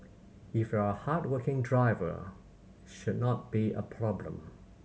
if you're a hard working driver should not be a problem